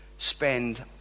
spend